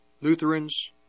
Lutherans